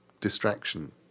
distraction